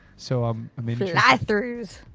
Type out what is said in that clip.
so um um if. fly throughs.